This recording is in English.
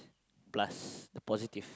plus the positive